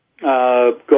go